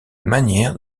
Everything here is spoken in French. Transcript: manière